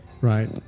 Right